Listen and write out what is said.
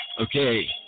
Okay